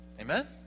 Amen